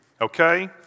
okay